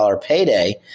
payday